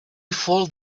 fold